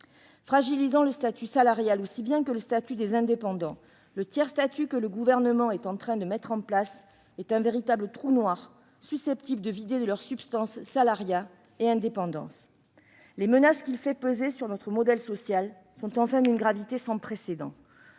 Fragilisant le statut salarial aussi bien que le statut des indépendants, le tiers-statut que le Gouvernement est en train de mettre en place est un véritable trou noir, susceptible de vider de leur substance salariat et indépendance. Et les menaces qu'il fait peser sur notre modèle social sont d'une gravité sans précédent.